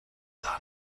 done